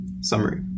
Summary